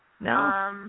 No